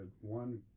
one